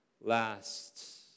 last